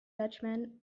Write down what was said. dutchman